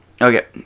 Okay